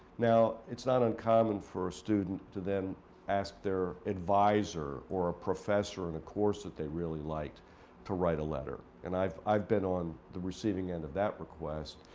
now, it's not uncommon for a student to then ask their advisor or a professor in a course that they really liked to write a letter. and i've i've been on the receiving end of that request.